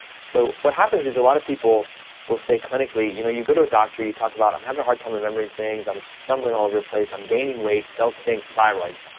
so what happens is a lot of people will say clinically, you know, you go to a doctor, you talk about i'm having a hard time remembering things, i'm stumbling all over the place, i'm gaining weight, they'll think thyroid,